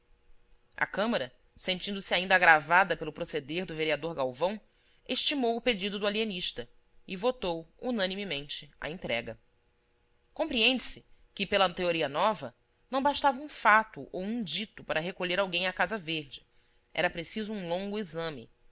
a câmara sentindo-se ainda agravada pelo proceder do vereador galvão estimou pedido do alienista e votou unanimemente a entrega compreende-se que pela teoria nova não bastava um fato ou um dito para recolher alguém à casa verde era preciso um longo exame